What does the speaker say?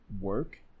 work